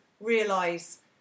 realise